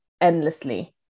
endlessly